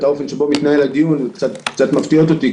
האופן שבו מתנהל הדיון קצת מפתיעות אותי,